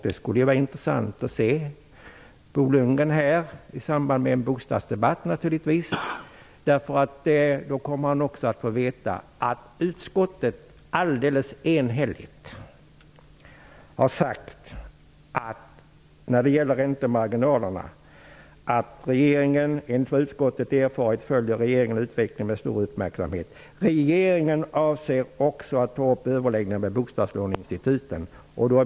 Det skulle vara intressant att se Bo Lundgren här i samband med en bostadsdebatt. Då skulle han också få veta vad utskottet alldeles enhälligt har sagt om räntemarginalerna: ''Enligt vad utskottet erfarit följer regeringen utvecklingen med stor uppmärksamhet. Regeringen avser också att ta upp överläggningar med bostadslåneinstituten.''